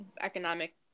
economic